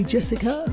Jessica